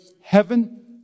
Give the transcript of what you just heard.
heaven